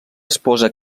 esposa